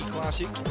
Classic